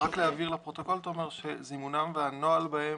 רק להבהיר לפרוטוקול, תומר, שזימונן והנוהל בהן,